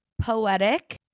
poetic